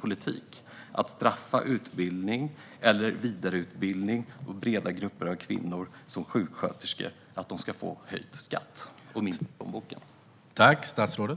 politik att bestraffa utbildning och vidareutbildning för breda grupper av kvinnor, till exempel sjuksköterskor, genom att ge dem höjd skatt och mindre i plånboken?